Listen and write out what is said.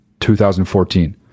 2014